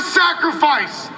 sacrifice